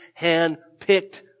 handpicked